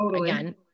again